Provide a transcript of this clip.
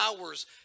hours